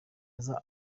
aza